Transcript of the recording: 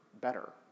better